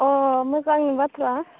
अ मोजांनि बाथ्रा